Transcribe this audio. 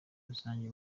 rusange